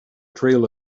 trail